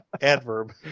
Adverb